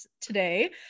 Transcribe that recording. today